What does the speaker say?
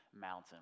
mountain